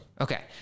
Okay